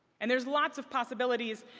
and there's lots of possibilities.